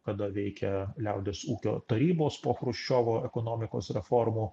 kada veikia liaudies ūkio tarybos po chruščiovo ekonomikos reformų